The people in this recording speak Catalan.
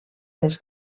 les